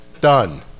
Done